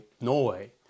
Norway